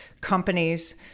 companies